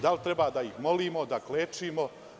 Da li treba da ih molimo, da klečimo.